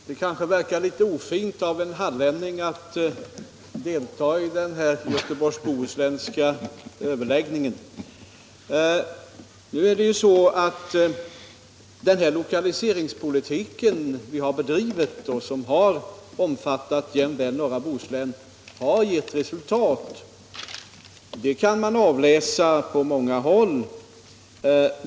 Herr talman! Det verkar kanske litet ofint av en hallänning att delta i denna Göteborgs-Bohuslänska överläggning. Den lokaliseringspolitik som vi har bedrivit och som har omfattat jämväl norra Bohuslän har gett resultat. Det kan man avläsa på många håll.